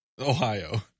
Ohio